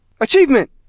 Achievement